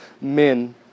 Men